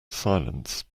silence